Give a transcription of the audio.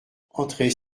entrez